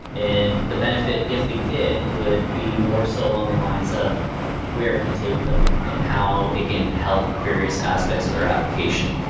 and the benefit, if they did, would be more so along the lines of where it can take them and and how it can help various aspects of their application.